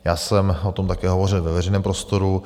Já jsem o tom také hovořil ve veřejném prostoru.